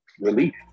relief